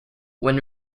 when